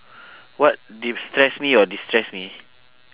what d~ stress me or destress me